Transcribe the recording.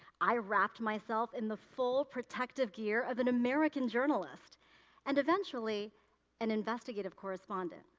i wrapped myself in the full protective gear of an american journalist and eventually an investigative correspondent.